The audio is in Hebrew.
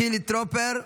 חילי טרופר,